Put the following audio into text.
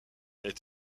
est